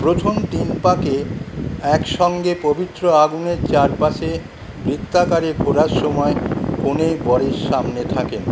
প্রথম তিন পাকে একসঙ্গে পবিত্র আগুনের চারপাশে বৃত্তাকারে ঘোরার সময় কনে বরের সামনে থাকেন